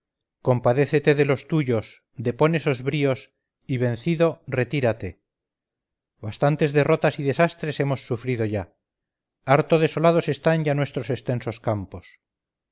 compadécete de los tuyos depón esos bríos y vencido retírate bastantes derrotas y desastres hemos sufrido ya harto desolados están ya nuestros extensos campos